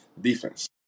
defense